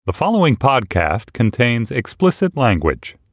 the following podcast contains explicit language